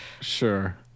Sure